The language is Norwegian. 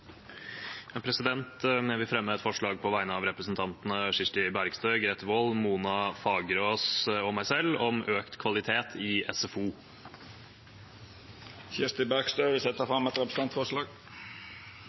Jeg vil fremme et forslag på vegne av representantene Kirsti Bergstø, Grete Wold, Mona Fagerås og meg selv om økt kvalitet i SFO. Representanten Kirsti Bergstø vil